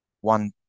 one